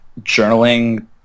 journaling